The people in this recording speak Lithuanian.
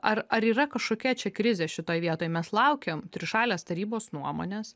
ar ar yra kažkokia čia krizė šitoj vietoj mes laukėm trišalės tarybos nuomonės